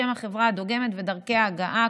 שם החברה הדוגמת ודרכי הגעה,